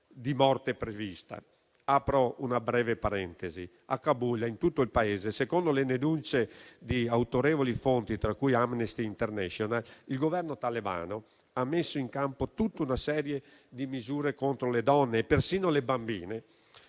di morte prevista. Apro una breve parentesi: a Kabul e in tutto il Paese, secondo le denunce di autorevoli fonti (tra cui Amnesty International), il Governo talebano ha messo in campo tutta una serie di misure contro le donne e persino le bambine: